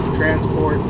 transport